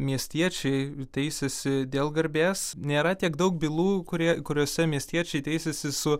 miestiečiai teisiasi dėl garbės nėra tiek daug bylų kurie kuriose miestiečiai teisiasi su